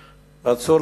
רצו,